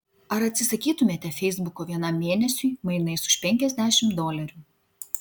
ar atsisakytumėte feisbuko vienam mėnesiui mainais už penkiasdešimt dolerių